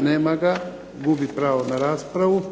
nema ga. Gubi pravo na raspravu.